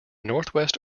northwest